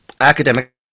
academic